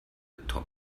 tom